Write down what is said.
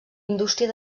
indústria